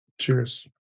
cheers